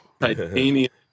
Titanium